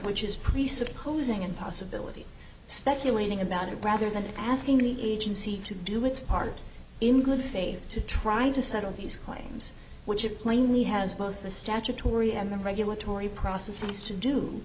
which is presupposing and possibility speculating about it rather than asking any agency to do its part in good faith to try to settle these claims which it plainly has both the statutory and the regulatory processes to do